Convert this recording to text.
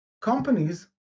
companies